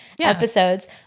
episodes